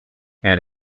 and